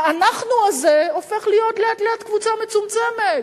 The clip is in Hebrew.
ה"אנחנו" הזה הופך להיות לאט-לאט קבוצה מצומצמת.